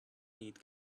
need